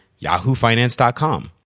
yahoofinance.com